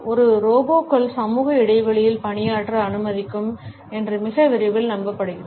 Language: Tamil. ஒரு ரோபோக்கள் சமூக இடைவெளிகளில் பணியாற்ற அனுமதிக்கும் என்று மிக விரைவில் நம்பப்படுகிறது